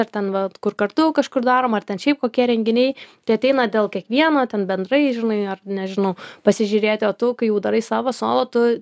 ar ten vat kur kartu kažkur daroma ar ten šiaip kokie renginiai tai ateina dėl kiekvieno ten bendrai žinai ar nežinau pasižiūrėti o tu kai jau darai savo solo tu